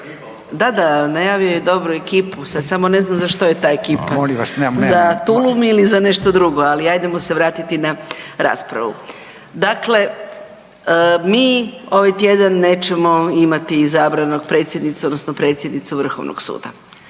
da, da, najavio je dobru ekipu sad samo ne znam za što je ta ekipa …/Upadica: Molim vas./… za tulum ili za nešto drugu, ali ajdemo se vratiti na raspravu. Dakle, mi ovaj tjedan nećemo imati izabranu predsjednicu odnosno predsjednika Vrhovnog suda